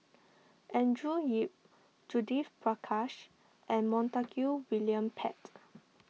Andrew Yip Judith Prakash and Montague William Pett